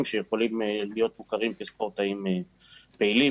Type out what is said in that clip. שיכולים להיות מוכרים כספורטאים פעילים,